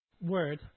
word